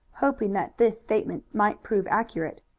hoping that this statement might prove accurate.